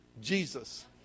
Jesus